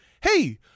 hey